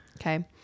Okay